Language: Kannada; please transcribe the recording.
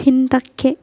ಹಿಂದಕ್ಕೆ